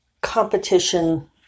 competition